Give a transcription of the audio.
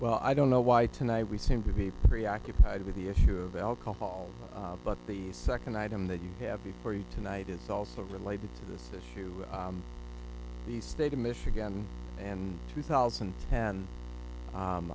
well i don't know why tonight we seem to be preoccupied with the issue of alcohol but the second item that you have for you tonight is also related to this issue the state of michigan and two thousand